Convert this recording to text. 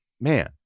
man